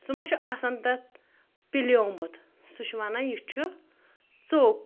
سُہ مہ چھُ آسان تَتھ پِلیومُت سُہ چھُ وَنان یہِ چھُ ژوٚک